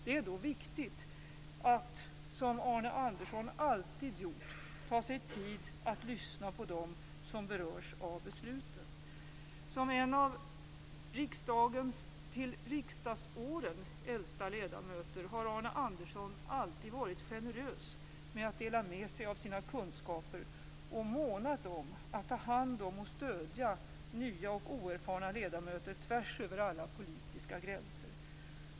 Det är då viktigt att, som Arne Andersson alltid gjort, ta sig tid att lyssna på dem som berörs av besluten. Som en av riksdagens till riksdagsåren äldsta ledamöter har Arne Andersson alltid varit generös med att dela med sig av sina kunskaper och månat om att ta hand om och stödja nya och oerfarna ledamöter tvärs över alla politiska gränser.